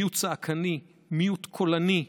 מיעוט צעקני, מיעוט קולני,